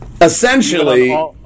Essentially